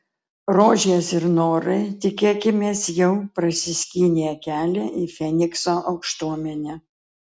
rožės ir norai tikėkimės jau prasiskynė kelią į fenikso aukštuomenę